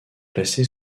placé